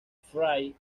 fray